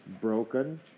broken